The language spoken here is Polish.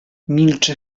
milczy